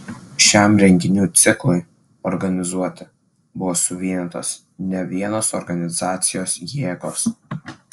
šiam renginių ciklui organizuoti buvo suvienytos nevienos organizacijos jėgos